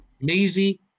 Maisie